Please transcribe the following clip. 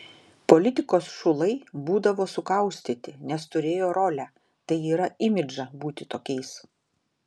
politikos šulai būdavo sukaustyti nes turėjo rolę tai yra imidžą būti tokiais